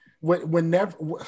Whenever